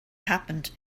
happened